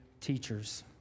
teachers